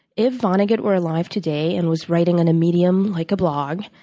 if vonnegut were alive today and was writing on a medium like a blog,